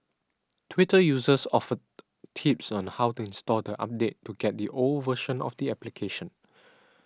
Twitter users offered tips on how to uninstall the update to get the old version of the application